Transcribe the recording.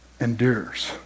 endures